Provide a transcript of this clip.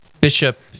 Bishop